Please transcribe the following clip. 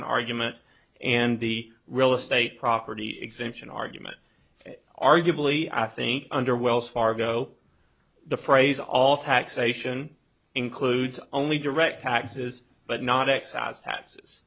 taxation argument and the real estate property exemption argument arguably i think under wells fargo the phrase all taxation includes only direct taxes but not excise taxes